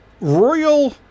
Royal